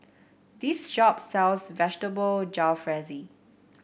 this shop sells Vegetable Jalfrezi